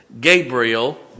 Gabriel